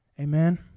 Amen